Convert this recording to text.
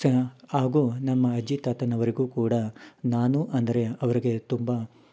ಸ ಆಗು ನಮ್ಮ ಅಜ್ಜಿ ತಾತನವರಿಗು ಕೂಡ ನಾನು ಅಂದರೆ ಅವ್ರ್ಗೆ ತುಂಬಾ